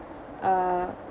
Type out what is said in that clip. uh